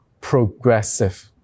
progressive